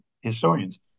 historians